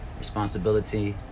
responsibility 。